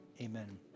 Amen